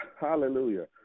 hallelujah